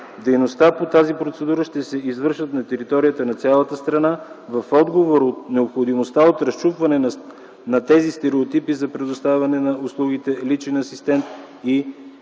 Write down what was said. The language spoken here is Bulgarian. Дейността по тази процедура ще се извършва на територията на цялата страна, в отговор от необходимостта от разчупване на тези стереотипи за предоставяне на услугите „Личен асистент” и нейното